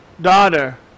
daughter